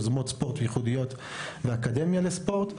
יוזמות ספורט ייחודיות ואקדמיה לספורט.